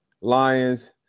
Lions